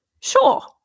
Sure